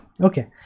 Okay